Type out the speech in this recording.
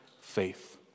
faith